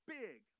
big